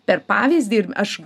per pavyzdį ir aš